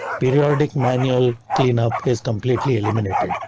periodic manual cleanup is completely eliminated.